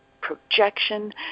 projection